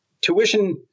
tuition